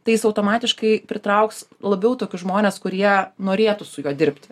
tai jis automatiškai pritrauks labiau tokius žmones kurie norėtų su juo dirbti